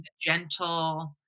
gentle